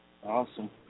Awesome